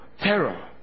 Terror